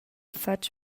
fatg